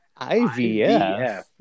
IVF